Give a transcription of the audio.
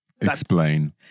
Explain